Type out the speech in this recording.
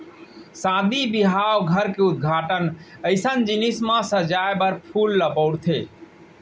सादी बिहाव, घर के उद्घाटन अइसन जिनिस म सजाए बर फूल ल बउरथे